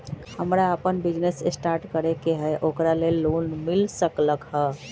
हमरा अपन business start करे के है ओकरा लेल लोन मिल सकलक ह?